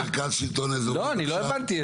אני לא הבנתי,